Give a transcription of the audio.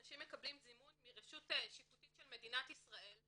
האנשים מקבלים זימון מרשות שיפוטית של מדינת ישראל,